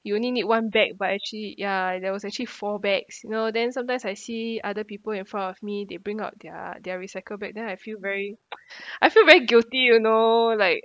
you only need one bag but actually ya there was actually four bags you know then sometimes I see other people in front of me they bring out their their recycle bag then I feel very I feel very guilty you know like